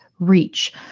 Reach